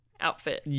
outfit